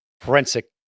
forensic